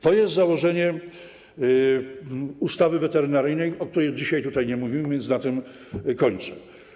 To jest założenie ustawy weterynaryjnej, o której dzisiaj nie mówimy, więc na tym kończę.